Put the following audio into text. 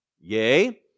Yea